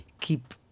Keep